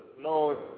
no